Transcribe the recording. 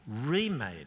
remade